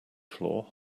floor